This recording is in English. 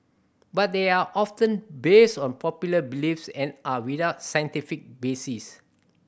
but they are often based on popular beliefs and are without scientific basis